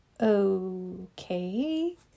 Okay